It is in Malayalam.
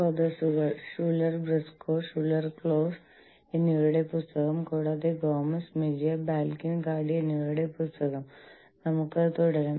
മനുഷ്യവിഭവശേഷി എന്താണ് അവ എങ്ങനെ വിലയിരുത്തപ്പെടുന്നു എന്നെല്ലാം നിങ്ങൾക്കറിയാം